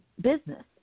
business